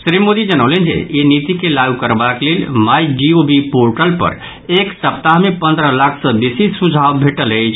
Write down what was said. श्री मोदी जनौलनि जे ई नीति के लागू करबाक लेल माई जीओवी पोर्टल पर एक सप्ताह मे पन्द्रह लाख सँ बेसी सुझाव भेटल अछि